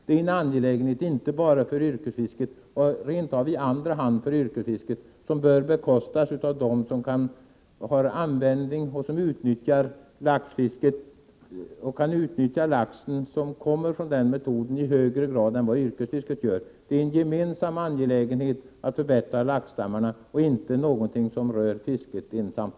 Det är en angelägenhet i andra hand för yrkesfisket och bör bekostas av dem som i högre grad än yrkesfiskarna kan utnyttja det laxfiske som baseras på denna metod. Det är en gemensam angelägenhet att förbättra laxstammarna, inte någonting som rör enbart fisket.